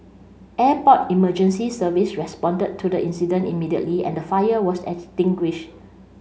Airport Emergency Service responded to the incident immediately and the fire was extinguish